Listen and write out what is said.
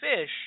fish